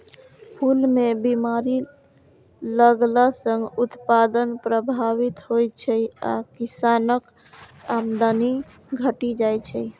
फूल मे बीमारी लगला सं उत्पादन प्रभावित होइ छै आ किसानक आमदनी घटि जाइ छै